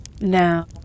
Now